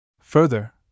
Further